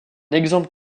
exemple